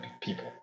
people